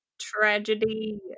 Tragedy